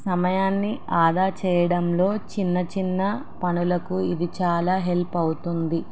సమయాన్ని ఆదా చేయడంలో చిన్న చిన్న పనులకు ఇది చాలా హెల్ప్ అవుతుంది